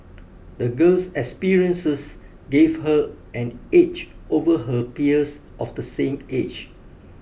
the girl's experiences gave her an edge over her peers of the same age